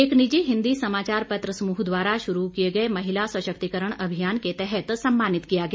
एक निजी हिन्दी समाचार पत्र समूह द्वारा शुरू किए गए महिला सशक्तिकरण अभियान के तहत सम्मानित किया गया